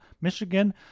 Michigan